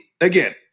again